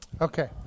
Okay